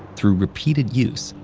through repeated use,